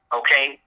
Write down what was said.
okay